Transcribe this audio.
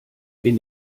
bin